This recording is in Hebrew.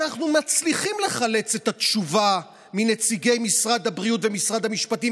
אנחנו מצליחים לחלץ את התשובה מנציגי משרד הבריאות ומשרד המשפטים.